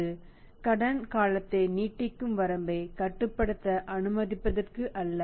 அந்த கருத்து கடன் காலத்தை நீட்டிக்கும் வரம்பை கட்டுப்படுத்த அனுமதிப்பதற்கு அல்ல